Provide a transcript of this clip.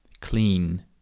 clean